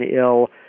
ill